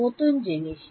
ছাত্র নতুন জিনিস